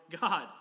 God